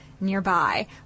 nearby